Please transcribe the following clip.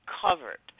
covered